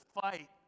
fight